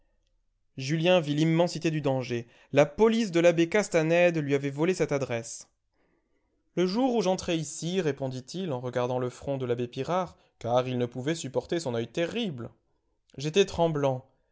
julien vit l'immensité du danger la police de l'abbé castanède lui avait volé cette adresse le jour où j'entrai ici répondit-il en regardant le front de l'abbé pirard car il ne pouvait supporter son oeil terrible j'étais tremblant